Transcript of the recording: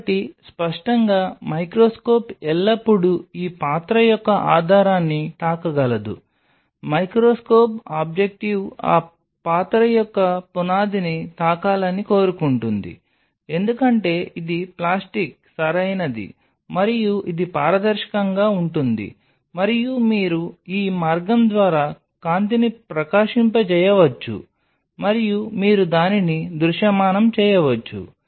కాబట్టి స్పష్టంగా మైక్రోస్కోప్ ఎల్లప్పుడూ ఈ పాత్ర యొక్క ఆధారాన్ని తాకగలదు మైక్రోస్కోప్ ఆబ్జెక్టివ్ ఆ పాత్ర యొక్క పునాదిని తాకాలని కోరుకుంటుంది ఎందుకంటే ఇది ప్లాస్టిక్ సరైనది మరియు ఇది పారదర్శకంగా ఉంటుంది మరియు మీరు ఈ మార్గం ద్వారా కాంతిని ప్రకాశింపజేయవచ్చు మరియు మీరు దానిని దృశ్యమానం చేయవచ్చు